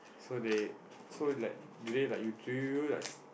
so they so like do they like you do you like s~